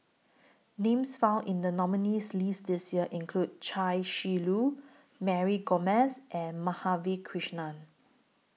Names found in The nominees' list This Year include Chia Shi Lu Mary Gomes and Madhavi Krishnan